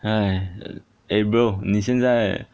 !hais! eh bro 你现在